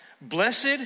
blessed